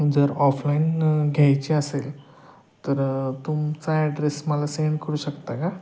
जर ऑफलाईन घ्यायची असेल तर तुमचा ॲड्रेस मला सेंड करू शकता का